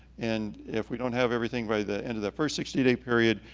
and if we don't have everything by the end of the first sixty day period,